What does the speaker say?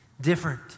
different